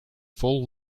full